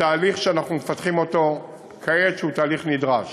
בתהליך שאנחנו מפתחים אותו כעת, שהוא תהליך נדרש.